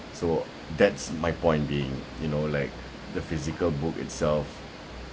so that's my point being you know like the physical book itself